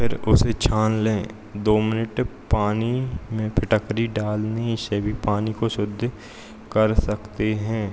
फिर उसे छान लें दो मिनट पानी में फिटकरी डालने से भी पानी को शुद्ध कर सकते हैं